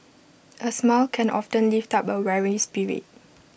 A smile can often lift up A weary spirit